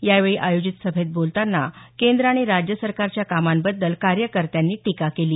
यावेळी आयोजित सभेत बोलतांना केंद्र आणि राज्य सरकारच्या कामांबद्दल कार्यकत्यांनी टिका केली